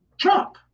Trump